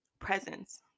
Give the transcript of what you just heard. presence